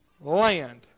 land